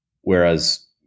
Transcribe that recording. whereas